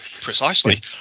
Precisely